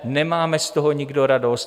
Nemáme z toho nikdo radost.